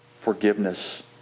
forgiveness